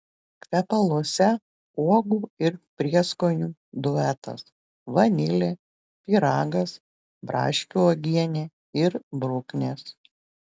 kvepaluose uogų ir prieskonių duetas vanilė pyragas braškių uogienė ir bruknės